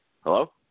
Hello